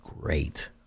great